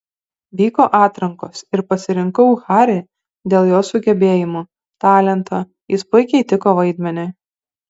vyko atrankos ir pasirinkau harry dėl jo sugebėjimų talento jis puikiai tiko vaidmeniui